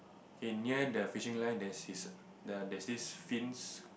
okay near the fishing line there's his the there's this fins